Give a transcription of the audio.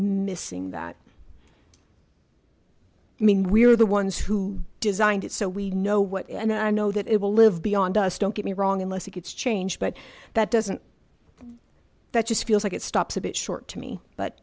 nissin that i mean we were the ones who designed it so we know what and i know that it will live beyond us don't get me wrong unless it gets changed but that doesn't that just feels like it stops a bit short to me